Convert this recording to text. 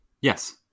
Yes